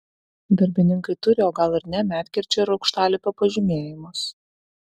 darbininkai turi o gal ir ne medkirčio ir aukštalipio pažymėjimus